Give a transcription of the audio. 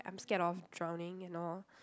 I'm scared of drowning and all